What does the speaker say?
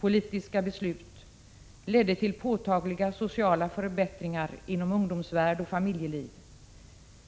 politiska beslut ledde till påtagliga sociala förbättringar inom ungdomsvärld och familjeliv.